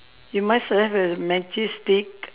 you must have a matches stick